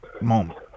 moment